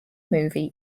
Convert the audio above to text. movie